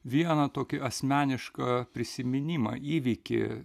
vieną tokį asmenišką prisiminimą įvykį